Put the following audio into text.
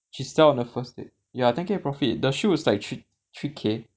she sell on a first date ya ten K profit the shoes is like thr~ three K